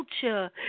culture